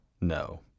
no